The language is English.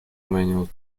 manual